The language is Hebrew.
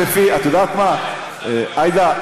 עאידה,